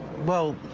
well,